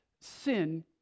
sin